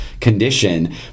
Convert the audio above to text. condition